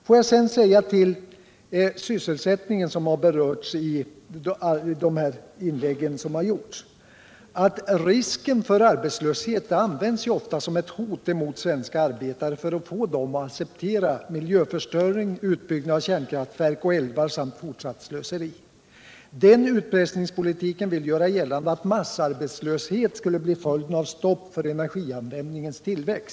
Låt mig sedan säga beträffande sysselsättningen, som har berörts i de inlägg som gjorts, att risken för arbetslöshet används ofta som ett hot mot svenska arbetare för att få dem att acceptera miljöförstöring, utbyggnad av kärnkraftverk och älvar samt fortsatt slöseri. Den utpress = Nr 52 ningspolitiken vill göra gällande att massarbetslöshet skulle bli följden Torsdagen den av stopp i energianvändningens tillväxt.